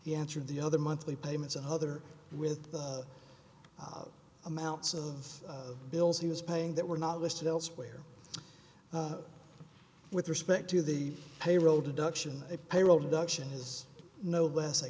answered the other monthly payments and other with the amounts of bills he was paying that were not listed elsewhere with respect to the payroll deduction a payroll deduction is no less